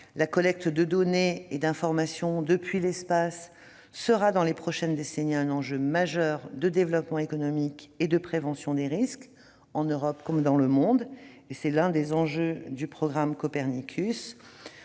La collecte de données et d'informations depuis l'espace représentera, dans les prochaines décennies, un enjeu majeur de développement économique et de prévention des risques en Europe et dans le monde. C'est l'un des enjeux du programme Copernicus.